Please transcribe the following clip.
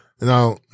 Now